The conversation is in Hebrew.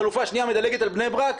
חלופה שנייה מדלגת על בני ברק,